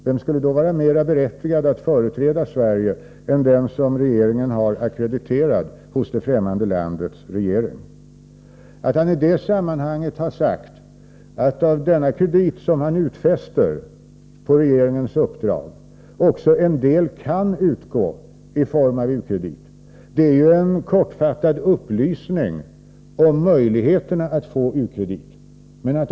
Vem skulle vara mer berättigad att företräda Sverige än den som regeringen har ackrediterat hos det ffrämmande landets regering? Att ambassadören i det sammanhanget har sagt att en del av den kredit som han på regeringens uppdrag utfäster också kan utgå i form av u-kredit innebär ju att han givit en kortfattad upplysning om möjligheterna att få u-kredit.